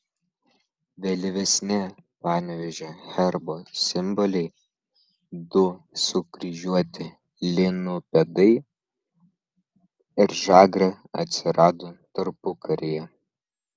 vėlyvesni panevėžio herbo simboliai du sukryžiuoti linų pėdai ir žagrė atsirado tarpukaryje